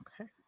Okay